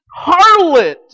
harlot